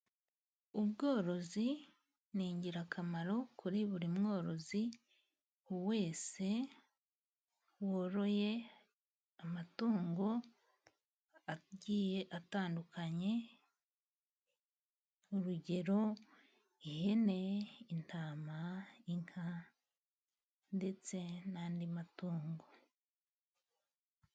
Ubworozi ni ingirakamaro kuri buri mworozi wese woroye amatungo agiye atandukanye, urugero: ihene,, intama, inka ndetse n'andi matungo.